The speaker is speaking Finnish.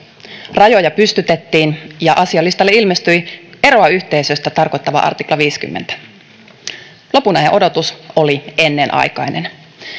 rajoja pystytettiin ja asialistalle ilmestyi eroa yhteisöstä tarkoittava artikla viidennenkymmenennen lopunajan odotus oli ennenaikainen